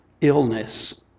illness